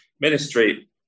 ministry